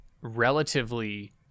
relatively